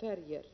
färjetrafiken.